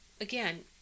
again